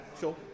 Sure